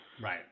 Right